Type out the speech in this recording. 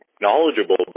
knowledgeable